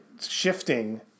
shifting